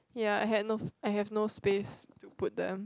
ya I had no I had no space to put them